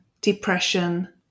depression